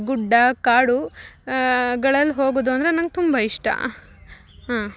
ಗುಡ್ಡ ಕಾಡು ಗಳಲ್ಲಿ ಹೋಗೋದು ಅಂದರೆ ನಂಗೆ ತುಂಬ ಇಷ್ಟ ಹಾಂ